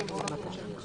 שהם מעונות ממשלתיים.